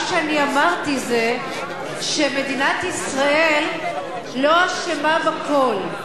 מה שאני אמרתי זה שמדינת ישראל לא אשמה בכול,